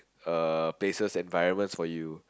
uh places environment for you